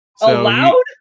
Allowed